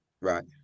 Right